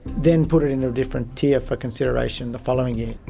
then put it in a different tier for consideration the following year.